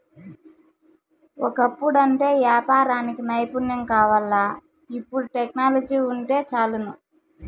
ఒకప్పుడంటే యాపారానికి నైపుణ్యం కావాల్ల, ఇపుడు టెక్నాలజీ వుంటే చాలును